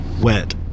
wet